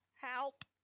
help